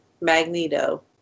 Magneto